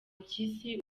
mpyisi